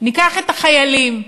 ניקח את החיילים: